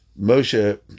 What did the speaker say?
Moshe